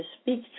speak